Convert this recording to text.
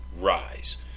rise